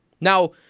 Now